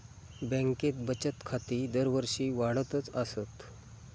बँकेत बचत खाती दरवर्षी वाढतच आसत